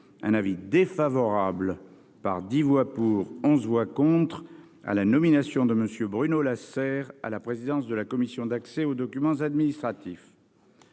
un avis défavorable, par dix voix pour et onze voix contre, à la nomination de M. Bruno Lasserre à la présidence de la Commission d'accès aux documents administratifs.